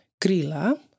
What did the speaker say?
Grilla